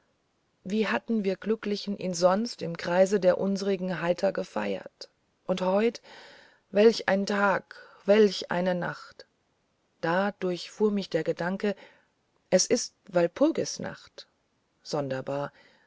wie hatten wir glücklichen ihn sonst im kreise der unserigen heiter gefeiert und heut welch ein tag welch eine nacht da durchfuhr mich der gedanke es ist walpurgisnacht sonderbar